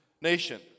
nation